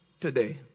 today